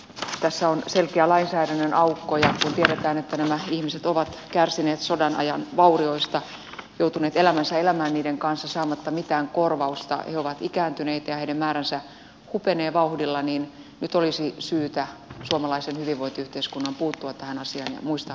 tässä on selkeä lainsäädännön aukko ja kun tiedetään että nämä ihmiset ovat kärsineet sodan ajan vaurioista joutuneet elämänsä elämään niiden kanssa saamatta mitään korvausta he ovat ikääntyneitä ja heidän määränsä hupenee vauhdilla niin nyt olisi syytä suomalaisen hyvinvointiyhteiskunnan puuttua tähän asiaan ja muistaa myös heitä